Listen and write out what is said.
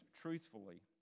truthfully